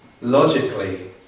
Logically